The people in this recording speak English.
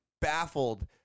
baffled